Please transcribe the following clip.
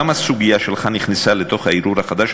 גם הסוגיה שלך נכנסה לתוך הערעור החדש.